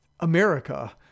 america